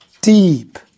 deep